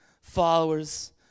followers